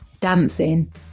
dancing